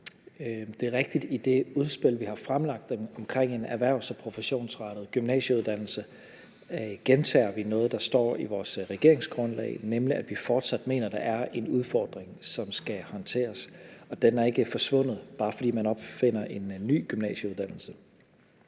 Det er rigtigt, at i det udspil, vi har fremlagt omkring en erhvervs- og professionsrettet gymnasieuddannelse, gentager vi noget, der står i vores regeringsgrundlag, nemlig at vi fortsat mener, der er en udfordring, som skal håndteres, og den er ikke forsvundet, bare fordi man opfinder en ny gymnasieuddannelse.